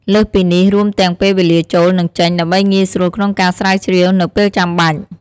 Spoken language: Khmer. លើសពីនេះ រួមទាំងពេលវេលាចូល និងចេញ ដើម្បីងាយស្រួលក្នុងការស្រាវជ្រាវនៅពេលចាំបាច់។